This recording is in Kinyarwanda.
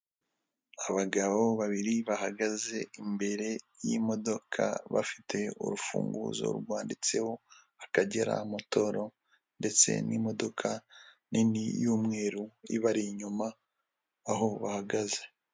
Abagabo babiri bahagaze imbere y'imodoka bafite urufunguzo rwanditseho akagera motoro ndetse n'imodoka nini y'umweru ibari inyuma aho bahagaze.